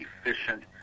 efficient